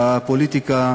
בפוליטיקה,